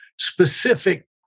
specific